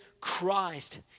Christ